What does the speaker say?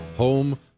Home